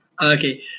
okay